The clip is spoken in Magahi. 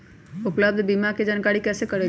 उपलब्ध बीमा के जानकारी कैसे करेगे?